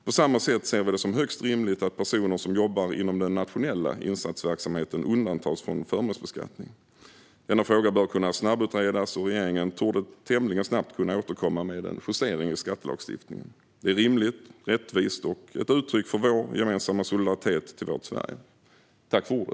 På samma sätt ser vi det som högst rimligt att personer som jobbar inom den nationella insatsverksamheten undantas från förmånsbeskattning. Denna fråga bör kunna snabbutredas, och regeringen torde tämligen snabbt kunna återkomma med en justering i skattelagstiftningen. Det är rimligt, rättvist och ett uttryck för vår gemensamma solidaritet till vårt Sverige.